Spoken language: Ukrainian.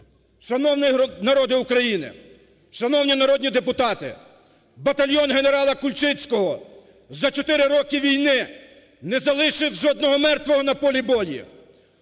Шановний народе України, шановні народні депутати, батальйон генерала Кульчицького за чотири роки війни не залишив жодного мертвого на полі бою,